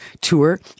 tour